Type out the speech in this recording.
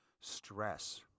stress